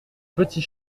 petit